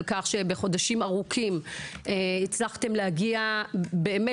על כך שבחודשים ארוכים הצלחתם להגיע באמת